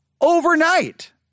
overnight